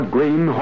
Green